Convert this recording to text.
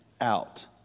out